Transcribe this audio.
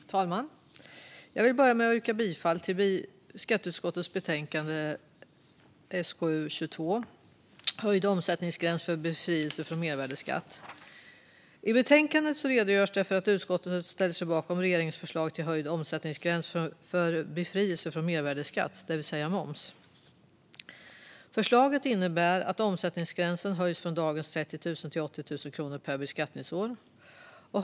Herr talman! Jag vill börja med att yrka bifall till förslaget i skatteutskottets betänkande SkU22 Höjd omsättningsgräns för befrielse från mervärdesskatt . I betänkandet redogörs det för att utskottet ställer sig bakom regeringens förslag till höjd omsättningsgräns för befrielse från mervärdesskatt, det vill säga moms. Förslaget innebär att omsättningsgränsen höjs från dagens 30 000 till 80 000 kronor per beskattningsår.